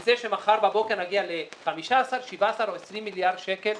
מזה שמחר בבוקר נגיע ל-15,17 או 20 מיליארד שקל